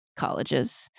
Colleges